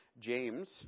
James